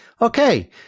Okay